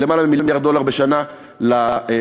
של יותר ממיליארד דולר בשנה לפלסטינים,